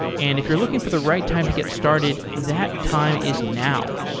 and if you're looking for the right time to get started, that time is now.